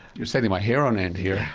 you're setting my hair on end here.